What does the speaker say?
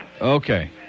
Okay